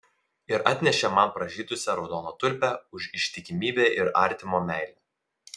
ir atnešė man pražydusią raudoną tulpę už ištikimybę ir artimo meilę